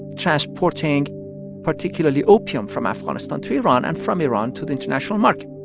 transporting particularly opium from afghanistan to iran and from iran to the international market.